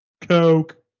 Coke